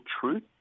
truth